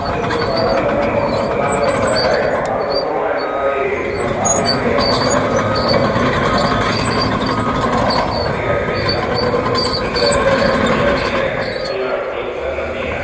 அதுக்கு பிற்பாடு அந்த மண் ஒரு பத்து நாள்ல தயார் ஆகிடும் அதுக்கப்புறமா இந்தமாதிரி பாதியில் நீங்கள் வளர்த்த அந்த மிளகா செடி தக்காளி செடி அப்புறம் கத்திரிக்காய் செடி இதெல்லாம் கொண்டு வந்து இந்த இடங்கள்ல நீங்கள் நல்ல பள்ளத்தில் நட்டிங்கன்னால்